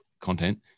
content